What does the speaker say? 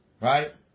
Right